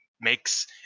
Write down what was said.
makes